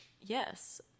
yes